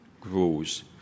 grows